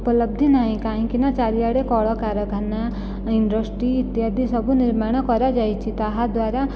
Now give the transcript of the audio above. ଉପଲବ୍ଧି ନାହିଁ କାହିଁକିନା ଚାରିଆଡ଼େ କଳକାରଖାନା ଇଣ୍ଡଷ୍ଟ୍ରି ଇତ୍ୟାଦି ସବୁ ନିର୍ମାଣ କରାଯାଇଛି ତାହା ଦ୍ୱାରା